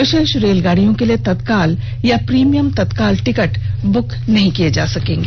विशेष रेलगाड़यिों के लिए तत्काल या प्रीमियम तत्काल टिकट बुक नहीं किए जा सकेंगे